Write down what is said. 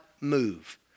move